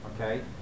Okay